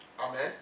Amen